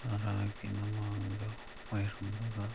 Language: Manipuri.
ꯇꯔꯥꯒꯤ ꯃꯃꯥꯡꯗ ꯑꯣꯏꯔꯝꯕꯒ